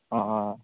অঁ